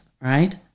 right